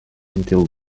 until